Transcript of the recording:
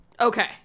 okay